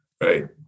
Right